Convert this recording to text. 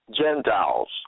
Gentiles